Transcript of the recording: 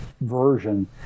version